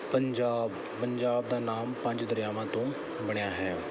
ਪੰਜਾਬ ਪੰਜਾਬ ਦਾ ਨਾਮ ਪੰਜ ਦਰਿਆਵਾਂ ਤੋਂ ਬਣਿਆ ਹੈ